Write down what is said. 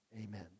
amen